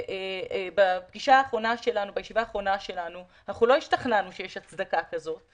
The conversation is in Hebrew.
בישיבה האחרונה שלנו לא השתכנענו שיש הצדקה כזאת,